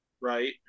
Right